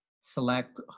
select